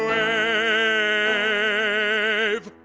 a